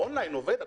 בוקר טוב לכולם.